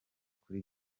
kuri